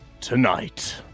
tonight